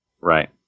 Right